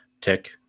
tick